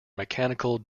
mechanical